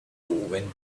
when